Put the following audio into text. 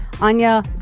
Anya